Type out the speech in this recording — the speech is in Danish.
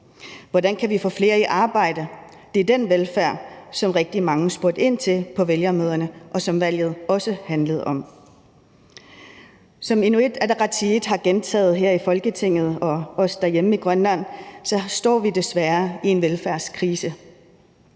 hvordan man kan få flere i arbejde. Det er den velfærd, som rigtig mange spurgte ind til på vælgermøderne, og som valget også handlede om. Som Inuit Ataqatigiit har gentaget her i Folketinget og også derhjemme i Grønland, står vi desværre i en velfærdskrise,